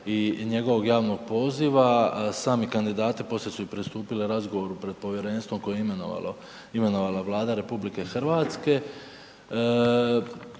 i njegovog javnog poziva, sami kandidati poslije su i pristupili razgovoru pred povjerenstvom koje je imenovala Vlada RH, evo